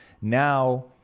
Now